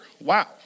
Wow